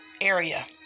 area